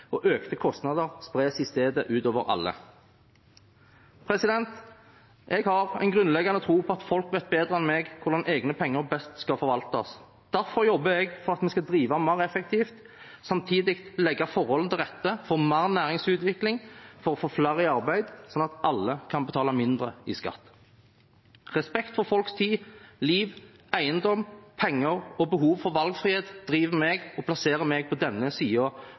og økte kostnader spres i stedet utover alle. Jeg har en grunnleggende tro på at folk vet bedre enn meg hvordan egne penger best skal forvaltes. Derfor jobber jeg for at vi skal drive mer effektivt og samtidig legge forholdene til rette for mer næringsutvikling for å få flere i arbeid, slik at alle kan betale mindre i skatt. Respekt for folks tid, liv, eiendom, penger og behov for valgfrihet driver meg og plasserer meg på denne